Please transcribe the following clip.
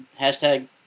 hashtag